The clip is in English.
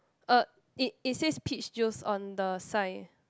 uh it it says peach juice on the sign